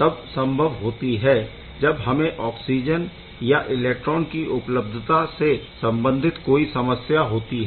तब संभव होती है जब हमें ऑक्सिजन या इलेक्ट्रॉन की उपलब्धता से संबंधित कोई समस्या होती है